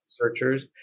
researchers